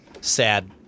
sad